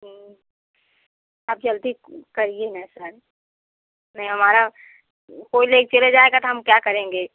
आप जल्दी करिए ना सर नहीं हमारा कोई लेकर चला जाएगा तो हम क्या करेंगे